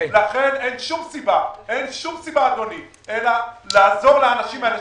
לכן אין שום סיבה אלא לעזור לאנשים האלה.